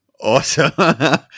Awesome